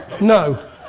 No